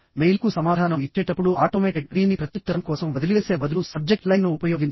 మెయిల్కు సమాధానం ఇచ్చేటప్పుడు ఆటోమేటెడ్ రీని ప్రత్యుత్తరం కోసం వదిలివేసే బదులు సబ్జెక్ట్ లైన్ను ఉపయోగించండి